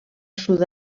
sud